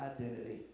identity